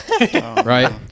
right